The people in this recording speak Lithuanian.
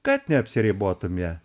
kad neapsiribotume